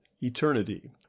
eternity